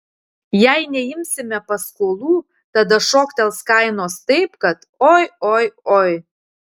jei neimsime paskolų tada šoktels kainos taip kad oi oi oi